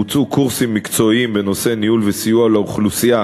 בוצעו קורסים מקצועיים בנושא ניהול וסיוע לאוכלוסייה